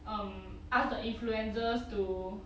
um ask the influencers to